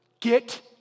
Get